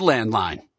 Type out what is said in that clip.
Landline